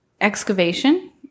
excavation